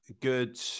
good